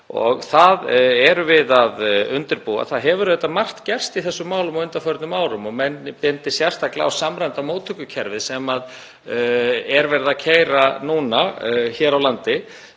og það erum við að undirbúa. Auðvitað hefur margt gerst í þessum málum á undanförnum árum og ég bendi sérstaklega á samræmda móttökukerfið sem er verið að keyra núna hér á landi